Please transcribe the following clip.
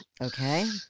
Okay